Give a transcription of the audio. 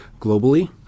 globally